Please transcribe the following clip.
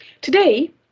Today